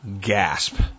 gasp